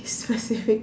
specific